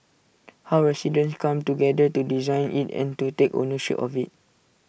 how residents come together to design IT and to take ownership of IT